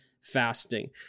fasting